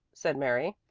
said mary.